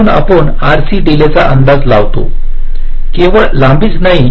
म्हणून आपण RC डिलेचा अंदाज लावतो केवळ लांबीच नाही